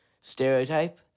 stereotype